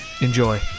Enjoy